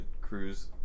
Cruise